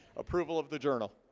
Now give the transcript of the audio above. approval of the journal